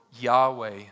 Yahweh